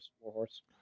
Warhorse